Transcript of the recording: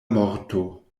morto